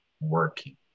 working